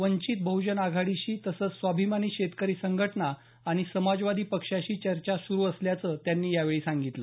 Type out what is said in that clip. वंचित बहजन आघाडीशी तसंच स्वाभिमानी शेतकरी संघटना आणि समाजवादी पक्षाशी चर्चा सुरु असल्याचं त्यांनी सांगितलं